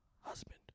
husband